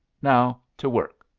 now, to work.